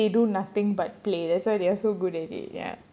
but this just shows that they do nothing but play that's why they are so good at it ya